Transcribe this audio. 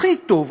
הכי טוב,